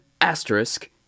asterisk